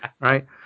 Right